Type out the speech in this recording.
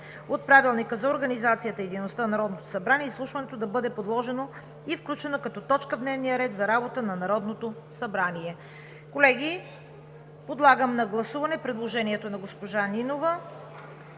от Правилника за организацията и дейността на Народното събрание изслушването да бъде предложено и включено като точка в дневния ред за работа на Народното събрание.“ Колеги, подлагам на гласуване предложението на госпожа Нинова